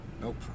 nope